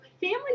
Family